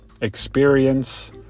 experience